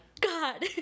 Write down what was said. god